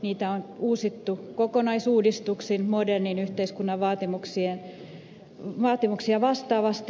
sitä on uusittu kokonaisuudistuksin modernin yhteiskunnan vaatimuksia vastaavasti